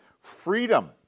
freedom